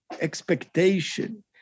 expectation